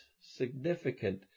significant